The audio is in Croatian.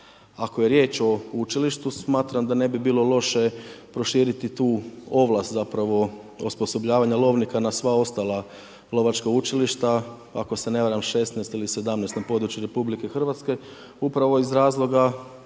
Ako je riječ o učilištu smatram da ne bi bilo loše proširiti tu ovlast, zapravo, osposobljavanje lovnika na sva ostala lovačka učilišta, ako se ne varam 16 ili 17 na području RH, upravo iz razloga